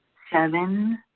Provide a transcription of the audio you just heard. seven,